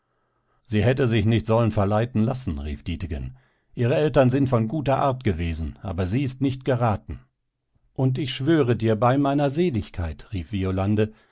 sie hätte sich nicht sollen verleiten lassen rief dietegen ihre eltern sind von guter art gewesen aber sie ist nicht geraten und ich schwöre dir bei meiner seligkeit rief violande